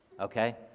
okay